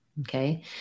okay